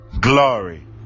glory